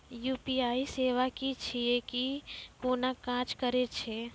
UPI सेवा की छियै? ई कूना काज करै छै?